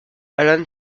alan